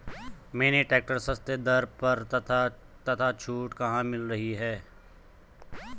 Mini tractor सस्ते दर पर तथा छूट कहाँ मिल रही है?